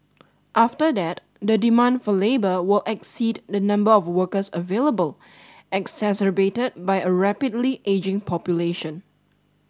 after that the demand for labour will exceed the number of workers available exacerbated by a rapidly ageing population